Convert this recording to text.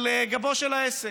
על גבו של העסק.